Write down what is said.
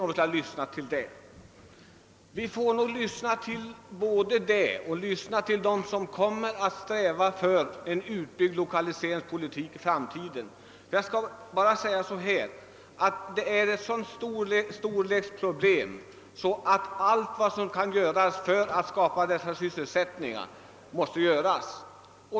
Vi får nog lyssna till dem som kommer att sträva efter en utbyggd lokaliseringspolitik i framtiden. Jag skall bara säga att det är ett så stort problem att allt som kan göras för att skapa sysselsättningstillfällen måste göras.